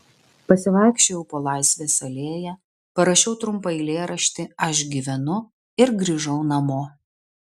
pasivaikščiojau po laisvės alėją parašiau trumpą eilėraštį aš gyvenu ir grįžau namo